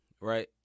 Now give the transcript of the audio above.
right